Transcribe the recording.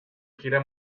gira